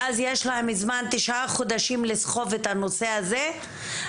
ואז יש להם זמן תשעה חודשים לסחוב את הנושא הזה.